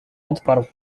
odparł